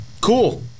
cool